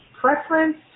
preference